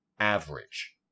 Average